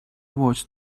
watched